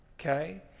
okay